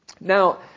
Now